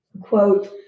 quote